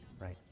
right